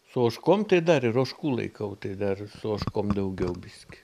su ožkom tai dar ir ožkų laikau tai dar su ožkom daugiau biskį